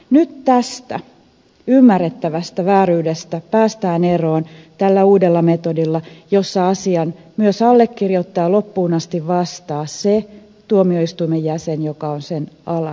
nyt tästä ymmärrettävästä vääryydestä päästään eroon tällä uudella metodilla jossa asian myös allekirjoittaa ja siitä loppuun asti vastaa se tuomioistuimen jäsen joka on sen alan asiantuntija